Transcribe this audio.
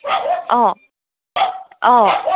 অঁ অঁ